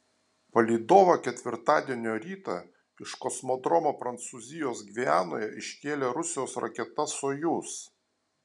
palydovą ketvirtadienio rytą iš kosmodromo prancūzijos gvianoje iškėlė rusijos raketa sojuz